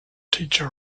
teacher